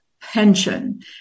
pension